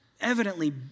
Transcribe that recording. evidently